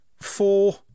four